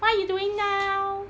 what you doing now